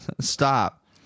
Stop